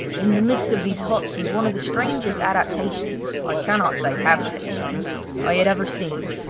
in the midst of these huts was one of the strangest adaptations i cannot say habitations i had ever seen.